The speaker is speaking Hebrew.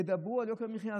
ידברו על יוקר המחיה.